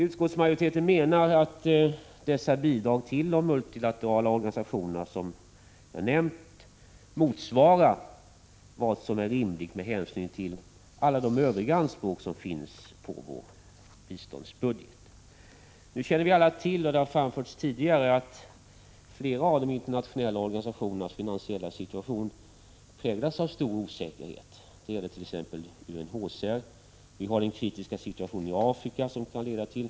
Utskottsmajoriteten menar att dessa bidrag till de multilaterala organisationer som jag nämnt motsvarar vad som är rimligt med hänsyn till övriga anspråk som finns på vår biståndsbudget. Vi känner alla till att flera av de internationella organisationernas finansiella situation präglas av mycket stor osäkerhet. Det gäller t.ex. UNHCR. Vi har den kritiska situationen i Afrika, som kan komma att leda — Prot.